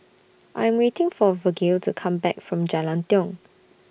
I'm waiting For Vergil to Come Back from Jalan Tiong